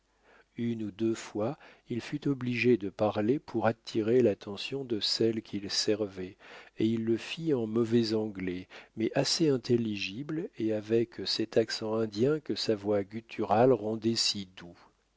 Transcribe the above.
une ou deux fois il fut obligé de parler pour attirer l'attention de celles qu'il servait et il le fit en mauvais anglais mais assez intelligible et avec cet accent indien que sa voix gutturale rendait si doux